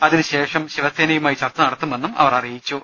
അതിനുശേഷം ശിവസേനയുമായി ചർച്ച നടത്തുമെന്നും അവർ പറഞ്ഞു